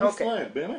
עם ישראל, באמת.